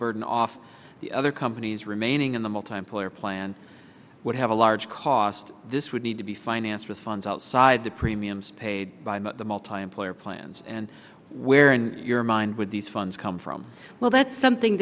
burden off the other companies remaining in the mill time player plan would have a large cost this would need to be financed with funds outside the premiums paid by the multi employer plans and where in your mind with these funds come from well that's something